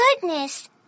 goodness